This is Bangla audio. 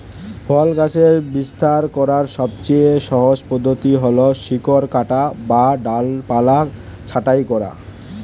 ফল গাছের বিস্তার করার সবচেয়ে সহজ পদ্ধতি হল শিকড় কাটা বা ডালপালা ছাঁটাই করা